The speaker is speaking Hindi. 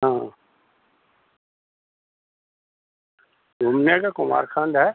हाँ घूमने का कुमारखंड है